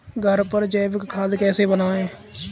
घर पर जैविक खाद कैसे बनाएँ?